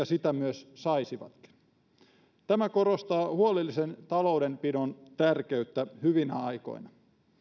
sitä myös saisivatkin tämä korostaa huolellisen taloudenpidon tärkeyttä hyvinä aikoina